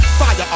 fire